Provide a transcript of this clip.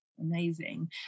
amazing